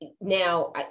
now